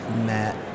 Matt